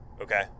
Okay